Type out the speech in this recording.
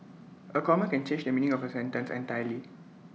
A common can change the meaning of A sentence entirely